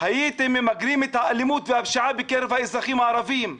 הייתם ממגרים את האלימות והפשיעה בקרב האזרחים הערבים.